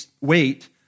wait